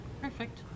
Perfect